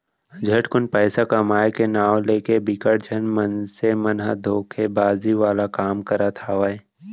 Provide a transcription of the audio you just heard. झटकुन पइसा कमाए के नांव लेके बिकट झन मनसे मन ह धोखेबाजी वाला काम करत हावय